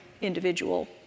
individual